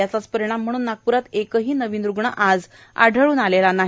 याचाच परिणाम म्हणजे नागप्रात एकही नवीन रुग्ण आढळून आलेला नाही